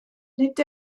nid